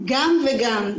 גם וגם.